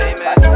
Amen